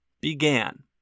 began